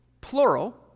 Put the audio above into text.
plural